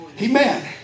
Amen